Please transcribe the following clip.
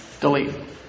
Delete